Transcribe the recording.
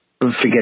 forget